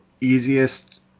easiest